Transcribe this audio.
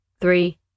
three